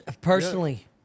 Personally